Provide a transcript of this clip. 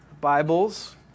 Bibles